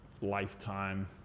lifetime